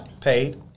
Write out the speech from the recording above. Paid